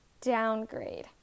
downgrade